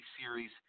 series